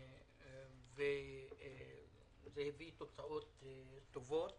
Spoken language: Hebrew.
זה הביא תוצאות טובות.